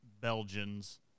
Belgians